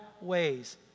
ways